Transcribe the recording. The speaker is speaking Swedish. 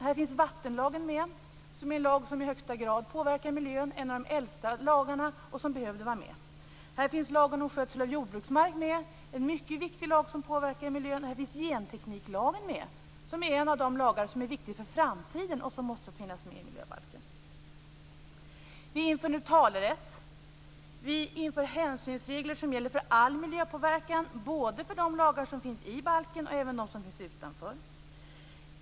Här finns vattenlagen med, som är en lag som i högsta grad påverkar miljön. Det är en av de äldsta lagarna och som behövde vara med. Här finns lagen om skötsel av jordbruksmark med, en mycket viktig lag som påverkar miljön. Här finns också gentekniklagen med, som är en av de lagar som är viktiga inför framtiden och som måste finnas med i miljöbalken. Vi inför nu talerätt. Vi inför hänsynsregler som gäller för all miljöpåverkan, både i de lagar som finns i balken och även i de lagar som finns utanför.